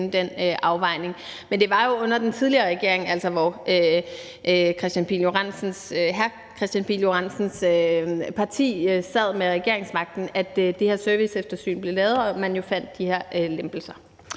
Men det var jo under den tidligere regering, hvor hr. Kristian Pihl Lorentzens parti sad med regeringsmagten, at det her serviceeftersyn blev lavet, og hvor man lavede de her lempelser.